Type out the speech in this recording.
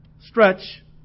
stretch